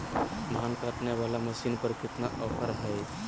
धान काटने वाला मसीन पर कितना ऑफर हाय?